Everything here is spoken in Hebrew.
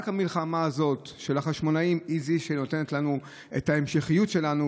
רק המלחמה הזו של החשמונאים היא שנותנת לנו את ההמשכיות שלנו,